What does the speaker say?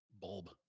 bulb